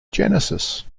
genesis